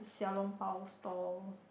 Xiao-Long-Bao stall